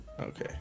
Okay